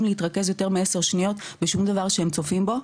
להתרכז יותר מעשר שניות בשום דבר שהם צופים בו,